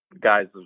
guys